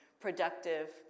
productive